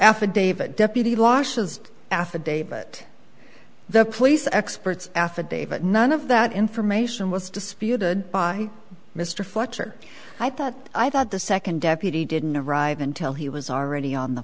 affidavit deputy losses affidavit the police expert's affidavit none of that information was disputed by mr fletcher i thought i thought the second deputy didn't arrive until he was already on the